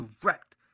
direct